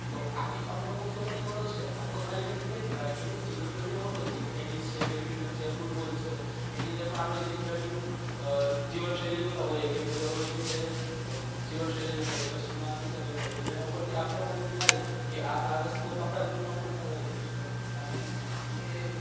તો આવી અમુક અમુક જે પરિબળો છે આતો ખાલી મેં ક્રિકેટની વાત કરી હજી ઘણી બધી રમતો છે કે ટેનિસ છે બેડમિન્ટન છે ફૂટબોલ છે એની અંદર પણ આપણે જે ખેલાડીઓનું જીવનશૈલી જોતા હોઈએ કે એમની દરરોજની જે જીવનશૈલી જોતાં હોઈએ પછી એમની માનસિક જોતાં હોઈએ તો એની ઉપરથી આપને પણ એવું થાય કે આ આ વસ્તુઓ તો આપણા જીવનમાં પણ ઉતારવા જેવી છે અને એ